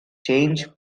change